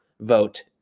vote